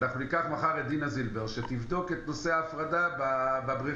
נקים ועדה בראשות דינה זילבר שתבדוק את ההפרדה בבריכות,